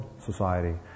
society